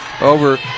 over